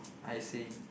I see